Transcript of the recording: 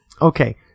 Okay